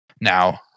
Now